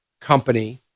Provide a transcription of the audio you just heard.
company